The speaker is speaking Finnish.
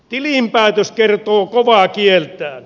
tilinpäätös kertoo kovaa kieltään